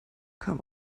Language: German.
kam